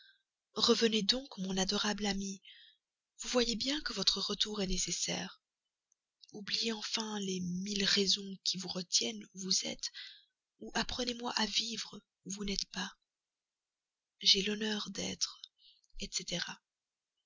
revenez donc mon adorable amie vous voyez bien que votre retour est nécessaire oubliez enfin les mille raisons qui vous retiennent où vous êtes ou rendez m'en une qui m'apprenne à vivre où vous n'êtes pas j'ai l'honneur d'être etc